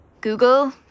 Google